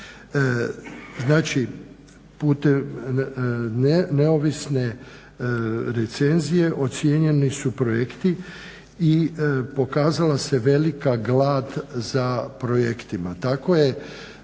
Znači, putem neovisne recenzije ocjenjeni su projekti i pokazala se velika glad za projektima.